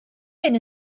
hyn